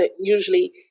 usually